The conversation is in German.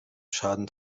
schaden